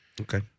Okay